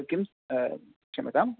किं क्षम्यताम्